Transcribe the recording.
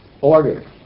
order